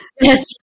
Yes